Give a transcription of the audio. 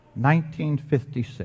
1956